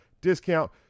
discount